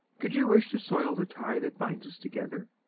could you wish to soil the tie that binds us together?